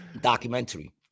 Documentary